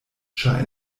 ĉar